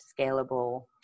scalable